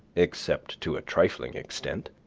except to a trifling extent.